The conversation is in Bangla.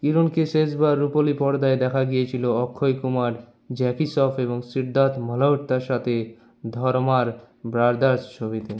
কিরণকে শেষবার রূপোলী পর্দায় দেখা গিয়েছিল অক্ষয় কুমার জ্যাকি শ্রফ এবং সিদ্ধার্থ মালহোত্রার সাথে ধর্মার ব্রাদার্স ছবিতে